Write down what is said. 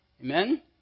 Amen